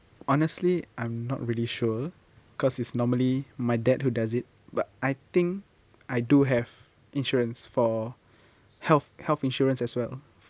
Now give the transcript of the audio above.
honestly I'm not really sure cause it's normally my dad who does it but I think I do have insurance for health health insurance as well